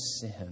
sin